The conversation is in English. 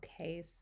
Okay